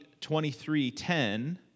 23.10